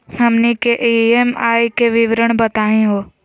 हमनी के ई.एम.आई के विवरण बताही हो?